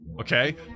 okay